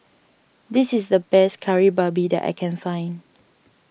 this is the best Kari Babi that I can find